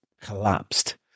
collapsed